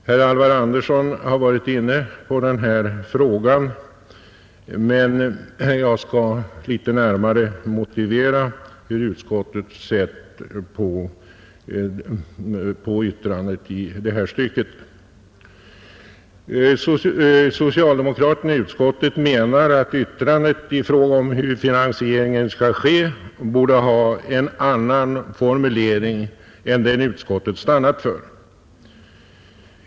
Herr Alvar Andersson har varit inne på denna fråga, men jag skall litet närmare motivera hur utskottet har sett på yttrandet i detta stycke. Socialdemokraterna i utskottet menar att yttrandet i fråga om hur finansieringen skall ske borde ha en annan formulering än den som utskottet har stannat för.